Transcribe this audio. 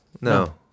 No